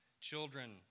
children